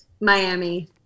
Miami